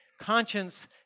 conscience